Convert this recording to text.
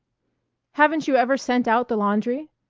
haven't you ever sent out the laundry?